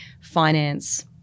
finance